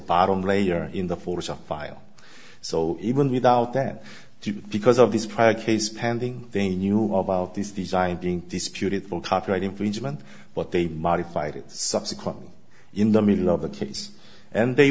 bottom layer in the force of file so even without that to because of this prior case pending they knew about this design being disputed for copyright infringement but they modified it subsequently in the middle of a case and they